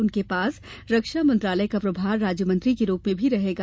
उनके पास रक्षा मंत्रालय का प्रभार राज्य मंत्री के रूप में भी रहेगा